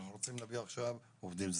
אנחנו רוצים להביא עכשיו עובדים זרים.